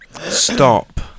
stop